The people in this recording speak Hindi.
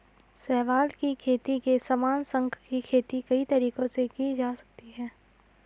शैवाल की खेती के समान, शंख की खेती कई तरीकों से की जा सकती है